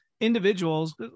individuals